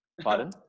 Pardon